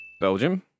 Belgium